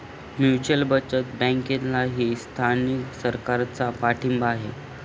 mutual बचत बँकेलाही स्थानिक सरकारचा पाठिंबा आहे